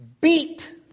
beat